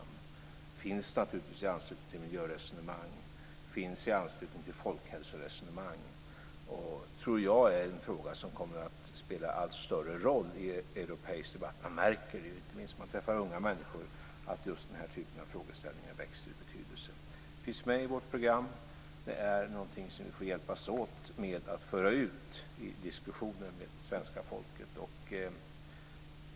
Den finns naturligtvis med i anslutning till miljöresonemang och folkhälsoresonemang. Jag tror att det är en fråga som kommer att spela en allt större roll i europeisk debatt. Jag märker, inte minst när jag träffar unga människor, att just den här typen av frågeställningar växer i betydelse. Frågan finns med i vårt program, och det är någonting som vi får hjälpas åt med att föra ut i diskussioner med svenska folket.